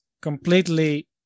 completely